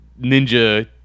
ninja